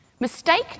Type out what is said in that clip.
Mistake